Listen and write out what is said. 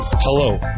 Hello